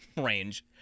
range